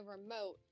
remote